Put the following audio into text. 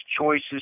choices